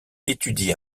étudie